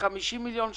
ב-50 מיליון שקל.